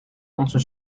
onze